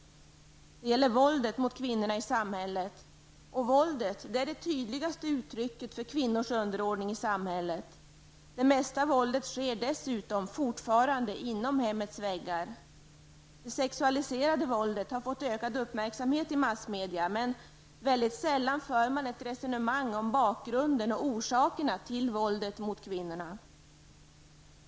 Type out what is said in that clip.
Det gäller även våldet mot kvinnorna i samhället. Våldet mot kvinnor är det tydligaste uttrycket för kvinnors underordning i samhället. Det mesta våldet sker dessutom fortfarande inom hemmets väggar. Det sexuella våldet har fått ökad uppmärksamhet i massmedia, men sällan förs ett resonemang om bakgrunden och orsakerna till våldet mot kvinnor.